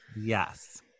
Yes